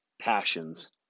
passions